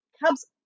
Cubs